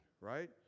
right